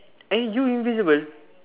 eh you invisible